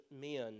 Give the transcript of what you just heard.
men